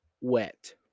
wet